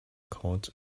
called